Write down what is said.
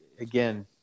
again